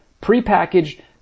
Pre-packaged